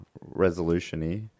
resolution-y